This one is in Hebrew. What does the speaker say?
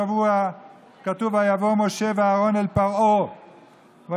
בפרשת השבוע כתוב: "ויבֹוא משה ואהרון אל פרעה ויאמרו